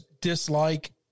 dislike